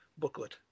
Booklet